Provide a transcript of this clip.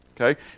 Okay